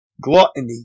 gluttony